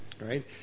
right